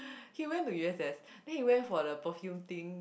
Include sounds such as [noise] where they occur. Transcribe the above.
[breath] he went to U_S_S then he went for the perfume thing